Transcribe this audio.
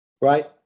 right